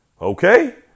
Okay